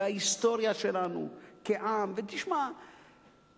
וההיסטוריה שלנו כעם רק מעצימה את העניין.